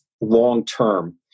long-term